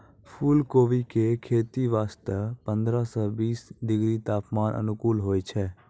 फुलकोबी के खेती वास्तॅ पंद्रह सॅ बीस डिग्री तापमान अनुकूल होय छै